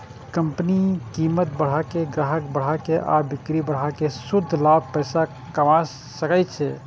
company कीमत बढ़ा के, ग्राहक बढ़ा के आ बिक्री बढ़ा कें शुद्ध लाभ कमा सकै छै